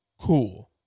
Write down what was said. cool